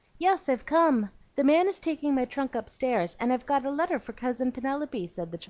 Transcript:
yes, i've come the man is taking my trunk upstairs, and i've got a letter for cousin penelope, said the